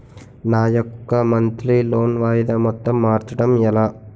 నా యెక్క monthly loan వాయిదా మొత్తం మార్చడం ఎలా?